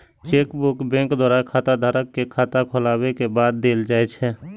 chequebook bank द्वारा खाताधारक कें खाता खोलाबै के बाद देल जाइ छै